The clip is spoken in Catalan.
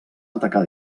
atacar